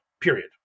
period